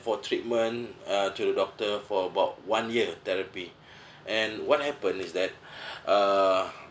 for treatment uh to the doctor for about one year therapy and what happen is that uh